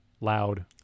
loud